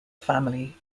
family